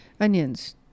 Onions